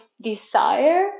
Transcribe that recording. desire